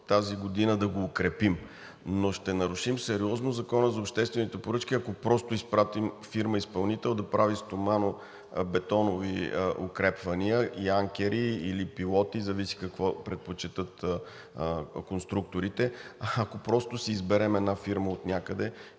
тази година да го укрепим, но ще нарушим сериозно Закона за обществените поръчки, ако просто изпратим фирма изпълнител да прави стоманобетонови укрепвания, анкери или пилоти, зависи какво предпочетат конструкторите, ако просто си изберем една фирма отнякъде